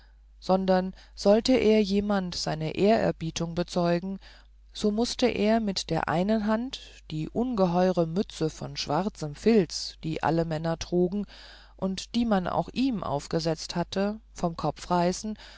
sondern wollte er jemand seine ehrerbietung bezeugen so mußte er mit der einen hand die ungeheure mütze von schwarzem filz die alle männer trugen und die man auch ihm aufgesetzt hatte vom kopf reißen